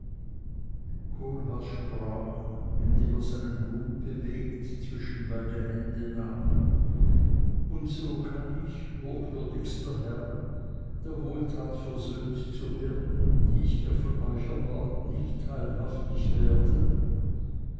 kohlhaas sprach indem er seinen hut bewegt zwischen beide hände nahm und so kann ich hochwürdigster herr der wohltat versöhnt zu werden die ich mir von euch erbat nicht teilhaftig werden